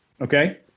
okay